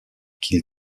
qu’il